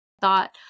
thought